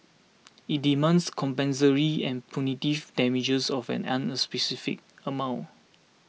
it demands compensatory and punitive damages of an unspecified amount